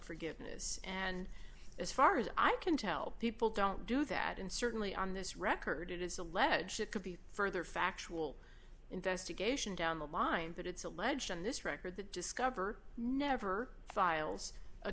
forgiveness and as far as i can tell people don't do that and certainly on this record it is alleged it could be further factual investigation down the line that it's alleged in this record that discover never files a